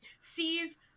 sees